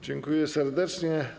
Dziękuję serdecznie.